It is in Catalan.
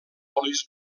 olis